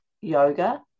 yoga